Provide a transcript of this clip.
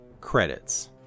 Credits